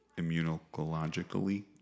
immunologically